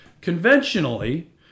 Conventionally